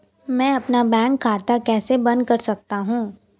मैं अपना बैंक खाता कैसे बंद कर सकता हूँ?